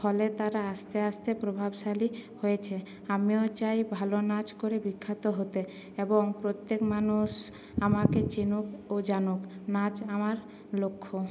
ফলে তারা আস্তে আস্তে প্রভাবশালী হয়েছে আমিও চাই ভালো নাচ করে বিখ্যাত হতে এবং প্রত্যেক মানুষ আমাকে চিনুক ও জানুক নাচ আমার লক্ষ্য